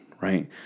right